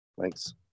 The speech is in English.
Thanks